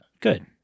good